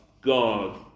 God